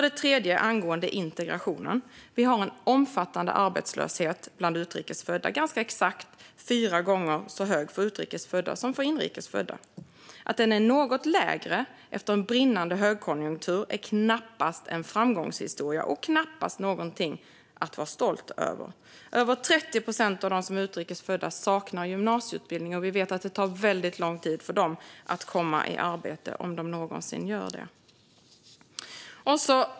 Den tredje punkten handlade om integrationen. Arbetslösheten bland utrikes födda är omfattande. Den är ganska exakt fyra gånger så hög för utrikes födda som för inrikes födda. Att den efter en brinnande högkonjunktur är något lägre är knappast en framgångshistoria eller något att vara stolt över. Över 30 procent av dem som är utrikes födda saknar gymnasieutbildning, och vi vet att det tar väldigt lång tid för dem att komma i arbete om de någonsin gör det.